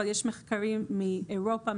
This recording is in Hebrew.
אבל יש מחקרים מאירופה,